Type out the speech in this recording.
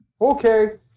Okay